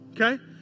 okay